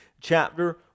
chapter